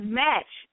match